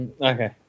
Okay